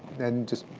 then just